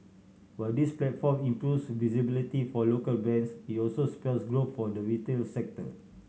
while this platform improves visibility for local brands it also spells growth for the retail sector